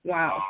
Wow